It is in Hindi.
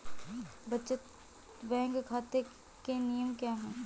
बचत बैंक खाता के नियम क्या हैं?